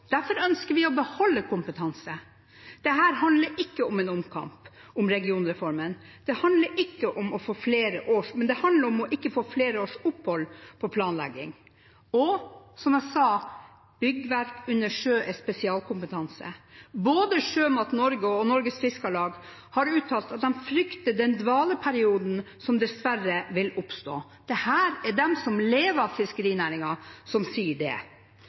Derfor ønsker vi å beholde kompetanse. Dette handler ikke om en omkamp om regionreformen. Det handler om ikke å få flere års opphold i planleggingen, og byggverk under sjøen krever spesialkompetanse, som jeg sa. Både Sjømat Norge og Norges Fiskarlag har uttalt at de frykter den dvaleperioden som dessverre vil oppstå. Det er de som lever av fiskerinæringen, som sier det.